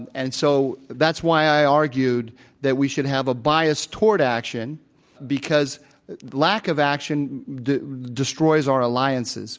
and so that's why i argued that we should have a bias toward action because lack of action destroys our alliances.